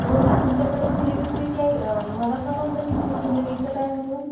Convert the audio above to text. बोल ना तुमच्याकडे फुले विक्रेती आहे मला समजलं की तुम्ही फुलं विकत आहे म्हणून